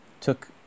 took